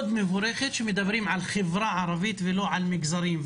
מבורכת שמדברים על חברה ערבית ולא על מגזרים,